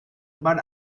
but